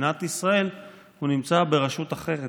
במדינת ישראל הוא נמצא ברשות אחרת.